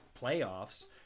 playoffs